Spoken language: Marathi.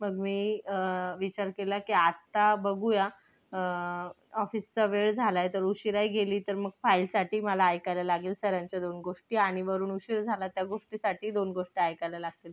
मग मी विचार केला की आत्ता बघूया ऑफिसचा वेळ झालाय तर उशीराही गेली तर मग फाईलसाठी मला ऐकायला लागेल सरांच्या दोन गोष्टी आणि वरुन उशीर झाला त्या गोष्टीसाठी दोन गोष्ट ऐकायला लागतील